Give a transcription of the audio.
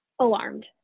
alarmed